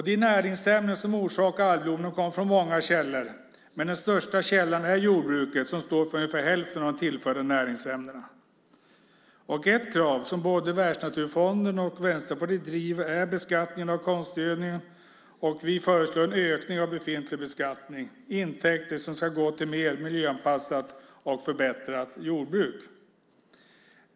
De näringsämnen som orsakar algblomningen kommer från många källor, men den största källan är jordbruket som står för ungefär hälften av de tillförda näringsämnena. Ett krav som både Världsnaturfonden och Vänsterpartiet driver är beskattningen av konstgödningen. Vi föreslår en ökning av befintlig beskattning, intäkter som ska gå till ett mer miljöanpassat och förbättrat jordbruk.